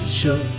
show